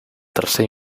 tercer